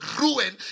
ruin